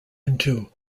into